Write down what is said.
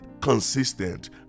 consistent